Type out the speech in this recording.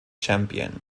champion